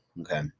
Okay